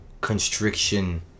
constriction